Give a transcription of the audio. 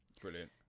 Brilliant